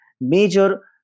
major